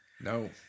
No